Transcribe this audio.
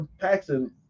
Paxton